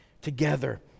together